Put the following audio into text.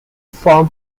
farm